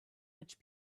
which